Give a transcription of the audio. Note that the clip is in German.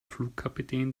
flugkapitän